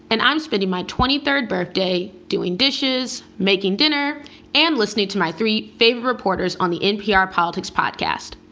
and i'm spending my twenty third birthday doing dishes, making dinner and listening to my three fave reporters on the npr politics podcast.